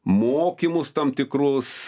mokymus tam tikrus